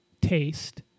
taste